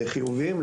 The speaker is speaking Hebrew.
חיוביים,